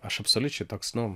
aš absoliučiai toks nu